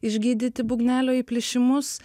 išgydyti būgnelio įplyšimus